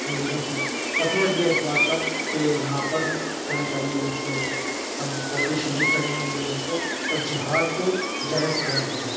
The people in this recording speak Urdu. انگریزوں کو فتویٰ دیا اس بات کا کہ یہاں پر کہنا چاہیے ان سے ہم کوپریشن نہیں کریں گے انگریزوں سے اور جہاد کو جائز قرار دیا گیا